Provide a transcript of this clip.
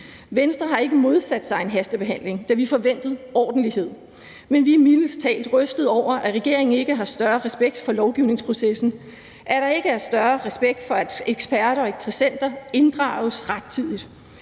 Venstre har ikke modsat sig en hastebehandling, da vi forventede ordentlighed, men vi er mildest talt rystede over, at regeringen ikke har større respekt for lovgivningsprocessen, at der ikke er større respekt for, at eksperter og interessenter inddrages rettidigt